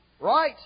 right